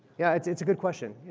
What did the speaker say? yeah it's it's a good question.